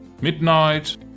midnight